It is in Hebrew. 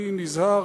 אני נזהר,